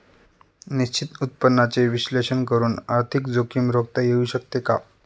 निश्चित उत्पन्नाचे विश्लेषण करून आर्थिक जोखीम रोखता येऊ शकते का?